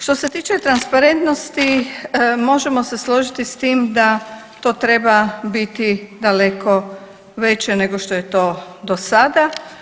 Što se tiče transparentnosti možemo se složiti s tim da to treba biti daleko veće nego što je to do sada.